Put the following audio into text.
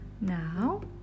Now